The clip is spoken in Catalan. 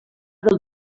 del